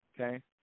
okay